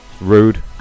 Rude